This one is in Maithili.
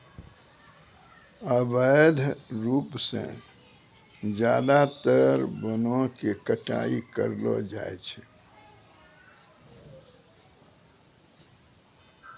अवैध रूप सॅ ज्यादातर वनों के कटाई करलो जाय छै